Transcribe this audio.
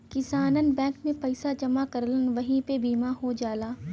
किसानन बैंक में पइसा जमा करलन वही पे बीमा हो जाला